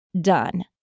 done